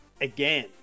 again